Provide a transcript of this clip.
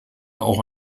auch